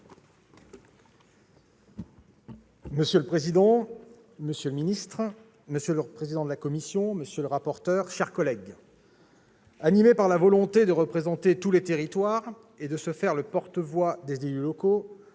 Monsieur le président, monsieur le ministre, monsieur le président de la commission, monsieur le rapporteur, mes chers collègues, animé par la volonté de représenter tous les territoires et de se faire le porte-voix des élus locaux,